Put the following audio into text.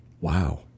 Wow